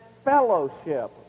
fellowship